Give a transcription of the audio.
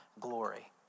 glory